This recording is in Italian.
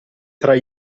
tra